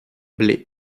bloaz